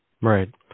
Right